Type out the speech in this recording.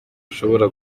ushobora